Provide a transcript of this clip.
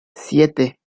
siete